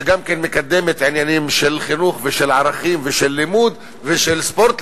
שגם מקדמת עניינים של חינוך ושל ערכים ושל לימוד ושל ספורט,